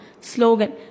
slogan